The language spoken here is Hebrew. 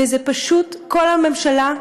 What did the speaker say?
וזה פשוט, כל הממשלה,